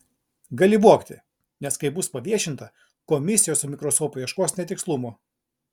gali vogti nes kai bus paviešinta komisijos su mikroskopu ieškos netikslumo